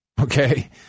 Okay